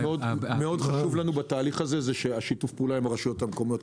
בתהליך הזה מאוד חשוב לנו שיתוף הפעולה עם הרשויות המקומיות,